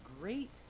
great